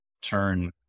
turn